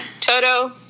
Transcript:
Toto